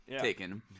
taken